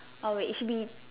oh wait it should be